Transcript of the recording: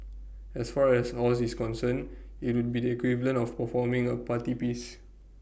as far as Oz is concerned IT would be the equivalent of performing A party piece